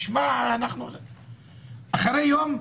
אחרי יום,